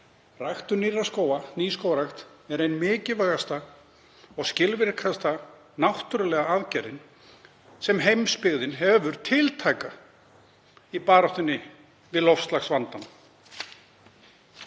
Ræktun nýrra skóga, nýskógrækt, er ein mikilvægasta, skilvirkasta, náttúrulega aðgerðin sem heimsbyggðin hefur tiltæka í baráttunni við loftslagsvandann.